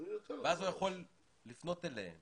הוא יכול לפנות אליהם